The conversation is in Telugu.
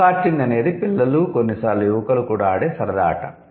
గో కార్టింగ్ అనేది పిల్లలు కొన్నిసార్లు యువకులు కూడా ఆడే సరదా ఆట